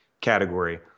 category